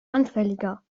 anfälliger